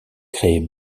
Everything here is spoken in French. créé